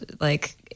like-